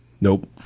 Nope